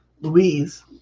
Louise